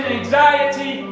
anxiety